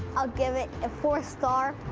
i'll give it a four star,